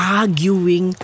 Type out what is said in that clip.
arguing